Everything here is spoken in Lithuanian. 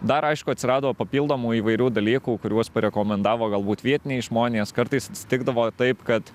dar aišku atsirado papildomų įvairių dalykų kuriuos parekomendavo galbūt vietiniai žmonės kartais atsitikdavo taip kad